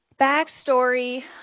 backstory